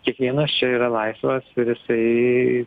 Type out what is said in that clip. kiekvienas čia yra laisvas ir jisai